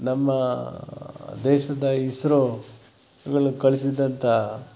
ನಮ್ಮ ದೇಶದ ಇಸ್ರೋ ಗಳು ಕಳಿಸಿದಂಥ